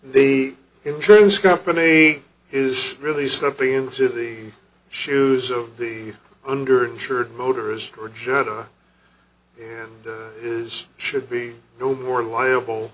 the insurance company is really stepping into the shoes of the under insured motorist or jetta is should be no more liable